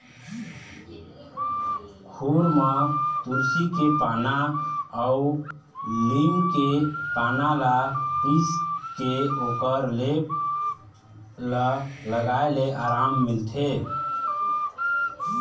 खुर म तुलसी के पाना अउ लीम के पाना ल पीसके ओखर लेप ल लगाए ले अराम मिलथे